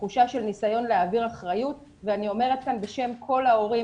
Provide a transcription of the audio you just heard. תחושה של ניסיון להעביר אחריות ואני אומרת כאן בשם כל ההורים,